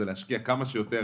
זה להשקיע כמה שיותר